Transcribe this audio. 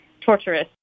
torturous